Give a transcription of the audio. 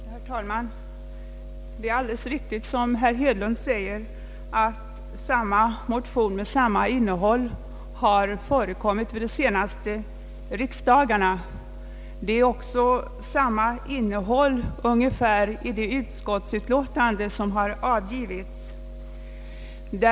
Herr talman! Det är alldeles riktigt som herr Hedlund säger, att motioner med samma innehåll har behandlats vid de senaste riksdagarna. Det är också ungefär samma innehåll som förut i det utskottsutlåtande som har avgivits i år.